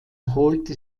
holte